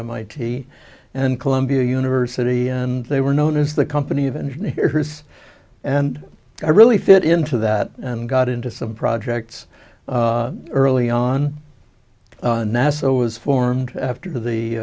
mit and columbia university and they were known as the company of engineers and i really fit into that and got into some projects early on nasa was formed after the